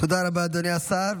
תודה רבה, אדוני השר.